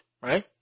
right